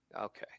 Okay